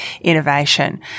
innovation